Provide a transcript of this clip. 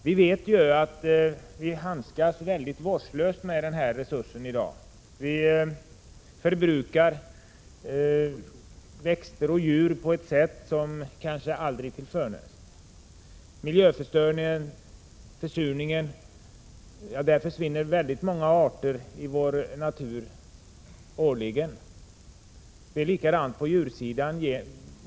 Vi vet ju att vi handskas vårdslöst med denna resurs i dag. Vi förstör växter och djur på ett sätt som kanske aldrig tillförne. Genom miljöförstöringen, försurningen, försvinner årligen väldigt många arter i vår natur. Förhållandet är detsamma inom djurlivet.